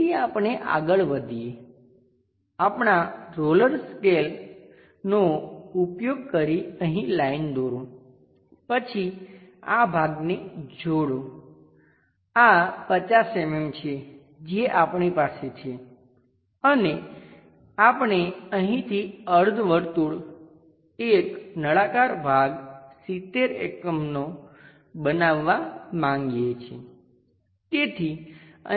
તેથી આપણે આગળ વધીએ આપણા રોલર સ્કેલનો ઉપયોગ કરી અહીં લાઈન દોરો પછી આ ભાગને જોડો આ 50 mm છે જે આપણી પાસે છે અને આપણે અહીંથી અર્ધવર્તુળ એક નળાકાર ભાગ 70 એકમોનો બનાવવાં માંગીએ છીએ